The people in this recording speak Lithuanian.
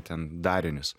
ten darinius